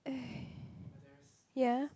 yeah